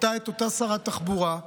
הייתה אותה שרת תחבורה,